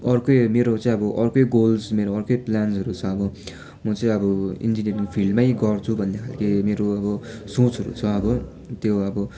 अर्कै मेरो चाहिँ अब अर्कै गोल्स मेरो अर्कै प्लान्सहरू छ अब म चाहिँ अब इन्जिनियरिङ फिल्डमै गर्छु भन्ने खाले मेरो अब सोचहरू छ अब त्यो अब